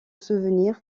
souvenir